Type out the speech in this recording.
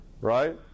Right